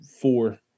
four